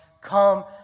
Come